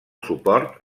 suport